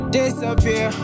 disappear